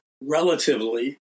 relatively